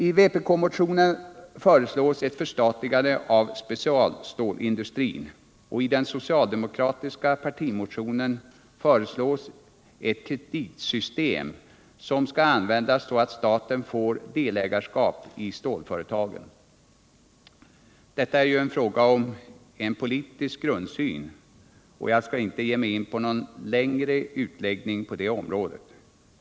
I vpk-motionen föreslås ett förstatligande av specialstålindustrin, och i den socialdemokratiska partimotionen föreslås ett kreditsystem som skall användas så att staten får delägarskap i stålföretagen. Detta är en fråga om politisk grundsyn, och jag skall inte ge mig in på någon längre utläggning på det området.